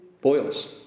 Boils